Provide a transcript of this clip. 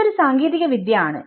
ഇത് ഒരു സാങ്കേതികവിദ്യ ആണ്